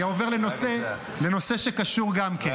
אני עובר לנושא שקשור גם כן.